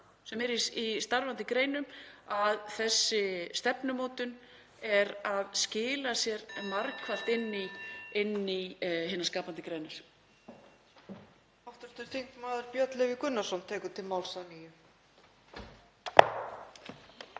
sem er í skapandi greinum að þessi stefnumótun er að skila sér margfalt inn í hinar skapandi greinar.